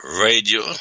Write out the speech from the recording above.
radio